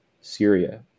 Syria